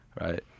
right